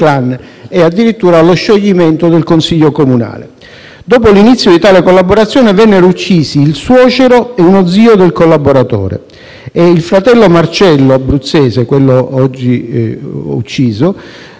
del clan e allo scioglimento del Consiglio comunale. Dopo l'inizio di tale collaborazione vennero uccisi il suocero e uno zio del collaboratore e il fratello Marcello, vittima dell'attentato